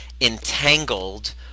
entangled